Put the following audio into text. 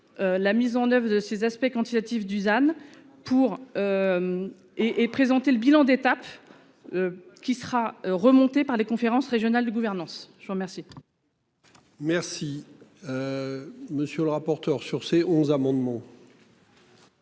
La mise en oeuvre de ces aspects quantitatifs Dusan pour. Et et présenter le bilan d'étape. Qui sera remonté par les conférences régionales de gouvernance. Je vous remercie. Merci. Monsieur le rapporteur. Sur c'est 11 amendements.